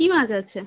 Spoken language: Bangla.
কী মাছ আছে